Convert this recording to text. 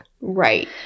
Right